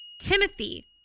Timothy